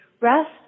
rest